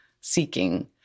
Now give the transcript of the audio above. seeking